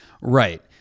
Right